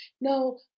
No